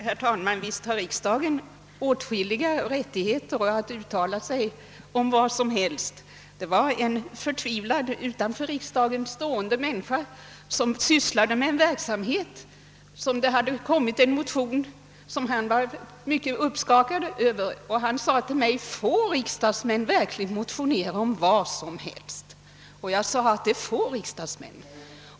Herr talman! Visst har riksdagsledamöterna åtskilliga rättigheter och kan uttala sig om vad som helst. Det var en förtvivlad människa som inte tillhör riksdagen som sysslade med en verksamhet om vilken det kommit en motion som han var mycket uppskakad över. Han frågade mig: Får riksdagsmännen verkligen motionera om vad som helst? Jag svarade att det får riksdagsmän.